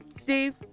Steve